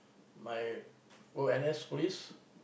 my go N_S police